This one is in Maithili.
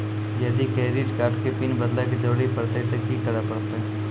यदि क्रेडिट कार्ड के पिन बदले के जरूरी परतै ते की करे परतै?